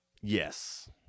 Yes